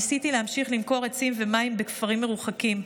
ניסיתי להמשיך למכור עצים ומים בכפרים מרוחקים.